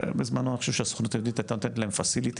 בזמנו אני חושב שהסוכנות היהודית הייתה נותנת להם מתקנים,